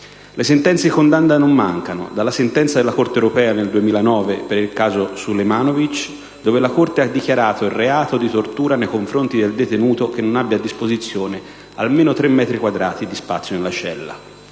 Le sentenze di condanna non mancano, dalla sentenza della Corte europea del 2009 per il caso Sulejmanovic, rispetto al quale la Corte ha dichiarato il reato di tortura nei confronti del detenuto che non abbia a disposizione almeno tre metri quadrati di spazio nella cella.